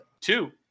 two